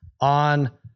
on